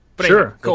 Sure